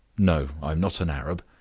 no, i am not an arab.